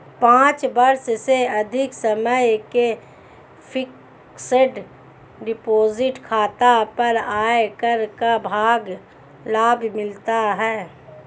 पाँच वर्ष से अधिक समय के फ़िक्स्ड डिपॉज़िट खाता पर आयकर का लाभ मिलता है